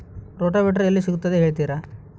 Rotavator ಎಲ್ಲಿ ಸಿಗುತ್ತದೆ ಹೇಳ್ತೇರಾ?